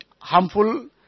harmful